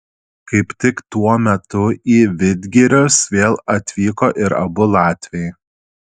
kaip tik tuo metu į vidgirius vėl atvyko ir abu latviai